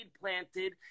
planted